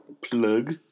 plug